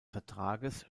vertrages